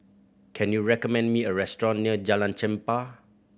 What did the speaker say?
can you recommend me a restaurant near Jalan Chempah